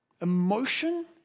emotion